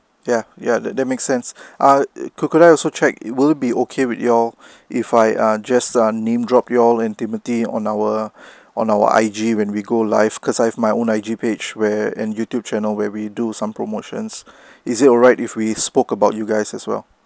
ya ya that that makes sense ah could could I also check it will be okay with y'all if I ah just um name drop y'all and timothy on our on our I G when we go live because I have my own I G page where and youtube channel where we do some promotions is it alright if we spoke about you guys as well